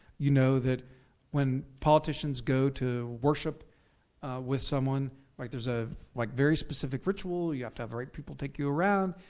you know that when politicians go to worship with someone like there's a like very specific ritual. you have to have the right people take you around,